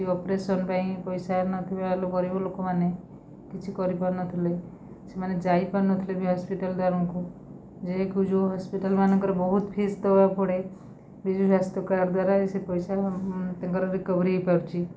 operation ପାଇଁ ପଇସା ନଥିବା ଗରିବ ଲୋକମାନେ କିଛି କରିପାରୁନଥିଲେ ସେମାନେ ଯାଇପାରୁନଥିଲେ ବି ହସ୍ପିଟାଲ ଦୁଆର ମୁହଁକୁ ଯିଏକି ଯେଉଁ ହସ୍ପିଟାଲମାନଙ୍କରେ ବହୁତ ଫିସ୍ ଦବାକୁ ପଡ଼େ ବିଜୁସ୍ୱାସ୍ଥ୍ୟ କାର୍ଡ଼ ଦ୍ୱାରା ସେ ପଇସା ତାଙ୍କର ରିକୋଭରି ହେଇପାରୁଛି